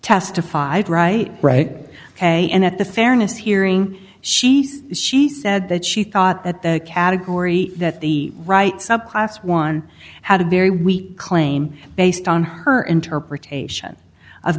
testified right and at the fairness hearing she said she said that she thought that the category that the rights of class one had a very weak claim based on her interpretation of